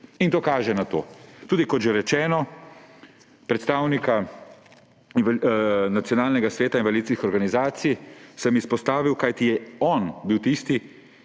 In to kaže na to. Tudi, kot že rečeno, predstavnika Nacionalnega sveta invalidskih organizacij sem izpostavil, kajti on je bil tisti,